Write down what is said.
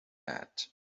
that